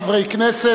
חברי הכנסת,